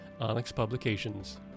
onyxpublications